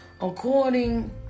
according